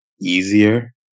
easier